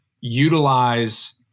utilize